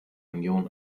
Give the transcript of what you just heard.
union